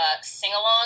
sing-along